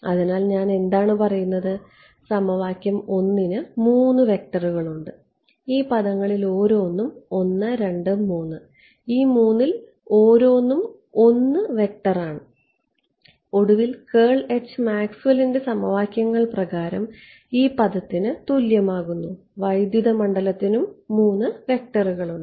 അതിനാൽ ഞാൻ എന്താണ് പറയുന്നത് സമവാക്യം 1 ന് 3 വെക്റ്ററുകൾ ഉണ്ട് ഈ പദങ്ങളിൽ ഓരോന്നും 1 2 3 ഈ 3 ൽ ഓരോന്നും 1 വെക്റ്റർ ആണ് ഒടുവിൽ മാക്സ്വെല്ലിന്റെ സമവാക്യങ്ങൾ പ്രകാരം ഈ പദത്തിനു തുല്യമാകുന്നു വൈദ്യുത മണ്ഡലത്തിനും 3 വെക്റ്ററുകൾ ഉണ്ട്